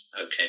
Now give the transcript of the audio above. okay